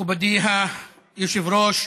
מכובדי היושב-ראש,